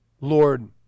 Lord